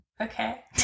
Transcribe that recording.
Okay